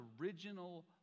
original